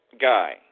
guy